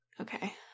Okay